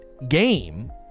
game